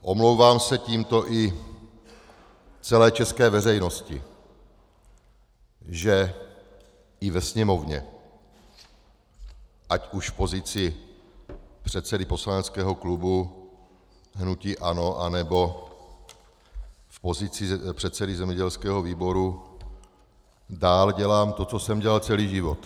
Omlouvám se tímto i celé české veřejnosti, že i ve Sněmovně ať už v pozici předsedy poslaneckého klubu hnutí ANO, nebo v pozici předsedy zemědělského výboru dál dělám to, co jsem dělal celý život.